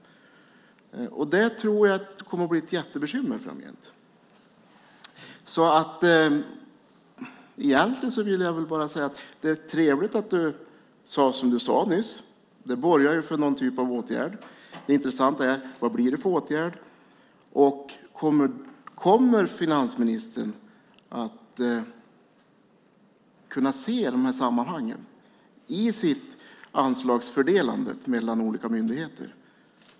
Det tror jag kommer att bli ett jättebekymmer framgent. Egentligen ville jag bara säga att det är trevligt att finansministern sade som han sade nyss. Det borgar för någon typ av åtgärd. Det intressanta är vad det blir för åtgärd. Kommer finansministern att kunna se de här sammanhangen i sitt anslagsfördelande mellan olika myndigheter?